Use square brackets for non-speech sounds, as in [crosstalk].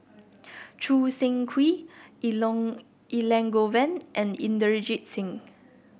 Choo Seng Quee [unintelligible] Elangovan and Inderjit Singh